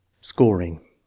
Scoring